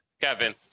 Kevin